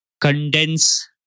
condense